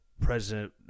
President